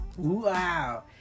Wow